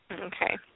Okay